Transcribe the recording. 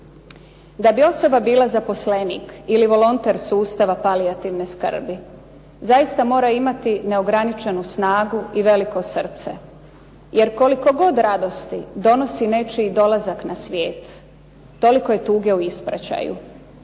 Da bi osoba bila zaposlenik ili volonter sustava palijativne skrbi zaista mora imati neograničenu snagu i veliko srce, jer koliko god radosti donosi nečiji dolazak na svijet toliko je tuge u ispraćaju,